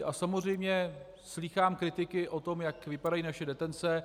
A samozřejmě slýchám kritiky o tom, jak vypadají naše detence.